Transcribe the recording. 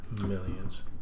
Millions